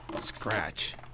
Scratch